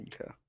Okay